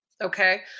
Okay